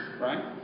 right